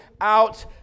out